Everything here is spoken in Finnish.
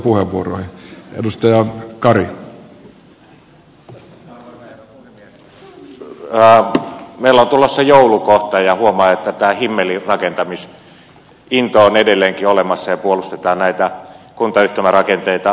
meille on tulossa joulu kohta ja huomaan että tämä himmelinrakentamisinto on edelleenkin olemassa ja puolustetaan näitä kuntayhtymärakenteita